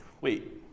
wait